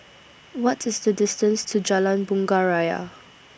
What IS The distance to Jalan Bunga Raya